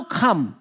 come